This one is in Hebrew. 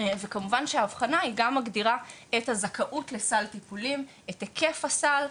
וכמובן שהאבחנה היא גם מגדירה את הזכאות לטיפולים את היקף הסל.